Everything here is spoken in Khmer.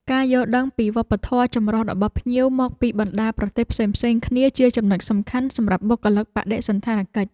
ការយល់ដឹងពីវប្បធម៌ចម្រុះរបស់ភ្ញៀវមកពីបណ្តាប្រទេសផ្សេងៗគ្នាជាចំណុចសំខាន់សម្រាប់បុគ្គលិកបដិសណ្ឋារកិច្ច។